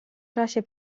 czasie